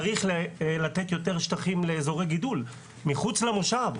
צריך לתת יותר שטחים לאזורי גידול מחוץ למושב,